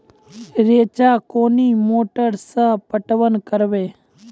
रेचा कोनी मोटर सऽ पटवन करव?